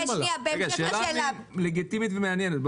זו שאלה לגיטימית ומעניינת.